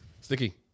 Sticky